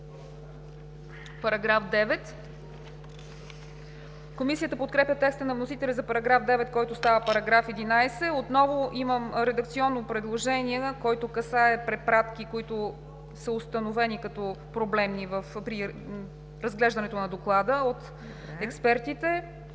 с ал. 7“. Комисията подкрепя текста на вносителя за § 9, който става § 11. Отново имам редакционно предложение, което касае препратки, които са установени като проблемни при разглеждането на Доклада от експертите.